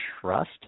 trust